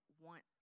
want